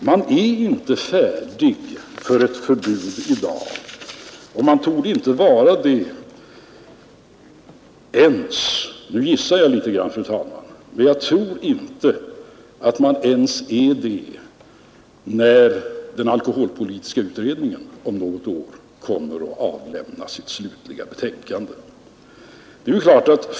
Man är inte färdig för ett förbud i dag, och man torde inte vara det ens — nu gissar jag litet grand, fru talman — när den alkoholpolitiska utredningen om något år avlämnar sitt slutliga betänkande.